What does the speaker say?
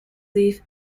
leaf